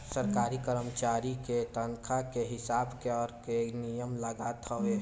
सरकारी करमचारी के तनखा के हिसाब के कर के नियम लागत हवे